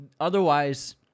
otherwise